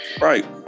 Right